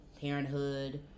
parenthood